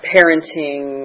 parenting